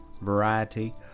variety